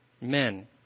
men